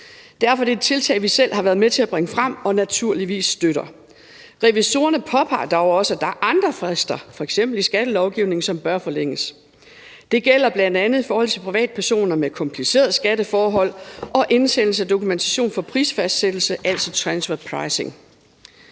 Derfor er det et tiltag, vi selv har været med til at bringe frem, og som vi naturligvis støtter. Revisorerne påpeger dog også, at der er andre frister, f.eks. i skattelovgivningen, som bør forlænges. Det gælder bl.a. i forhold til privatpersoner med komplicerede skatteforhold og i forhold til indsendelse af dokumentation for prisfastsættelse, altså transfer pricing.